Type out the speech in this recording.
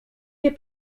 nie